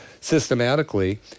systematically